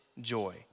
joy